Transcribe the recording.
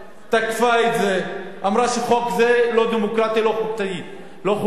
תקפה את זה, אמרה שהחוק הזה לא דמוקרטי, לא חוקי.